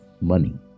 money